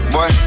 Boy